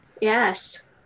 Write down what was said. Yes